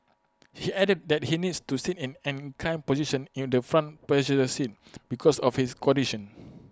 he added that he needs to sit in an inclined position in the front passenger seat because of his condition